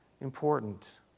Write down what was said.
important